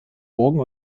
burgen